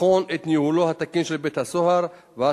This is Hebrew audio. לבחון את ניהולו התקין של בית-הסוהר ועל